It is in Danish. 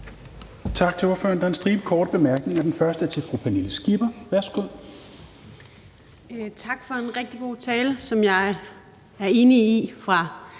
Tak til ordføreren. Der er en stribe korte bemærkninger. Den første er til fru Pernille Skipper. Værsgo. Kl. 12:14 Pernille Skipper (EL): Tak for en rigtig god tale, som jeg er enig i fra